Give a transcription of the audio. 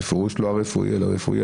בפירוש לא הרפואי אלא רפואי,